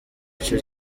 iyo